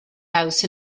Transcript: house